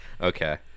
Okay